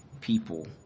people